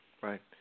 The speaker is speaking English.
right